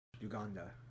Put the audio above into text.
Uganda